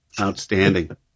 Outstanding